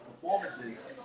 performances